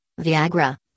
Viagra